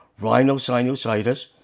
rhinosinusitis